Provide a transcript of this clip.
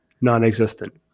non-existent